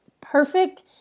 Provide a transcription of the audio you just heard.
perfect